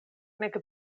nek